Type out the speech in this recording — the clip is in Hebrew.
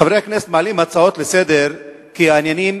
חברי הכנסת מעלים הצעות לסדר-היום כי העניינים